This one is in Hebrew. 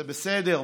זה בסדר.